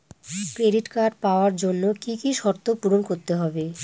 Credit card পাওয়ার জন্য কি কি শর্ত পূরণ করতে হবে?